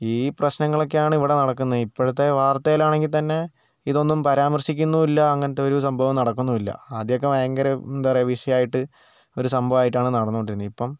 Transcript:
ഈ പ്രശ്നങ്ങൾ ഒക്കെയാണ് ഇവിടെ നടക്കുന്നത് ഇപ്പോഴത്തെ വാർത്തയിൽ ആണെങ്കിൽ തന്നെ ഇതൊന്നും പരാമർശിക്കുന്നുമില്ല അങ്ങനത്തെ ഒരു സംഭവവും നടക്കുന്നുമില്ല ആദ്യമൊക്കെ ഭയങ്കര എന്താ പറയുക വിഷയമായിട്ട് ഒരു സംഭവമായിട്ടാണ് നടന്നുകൊണ്ട് ഇരുന്നത് ഇപ്പം